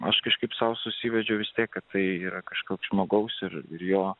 aš kažkaip sau susivedžiau vis tiek atėjo kažkoks žmogaus ir jo